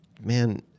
Man